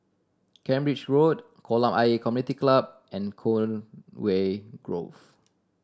Cambridge Road Kolam Ayer Community Club and Conway Grove